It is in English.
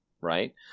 right